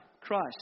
Christ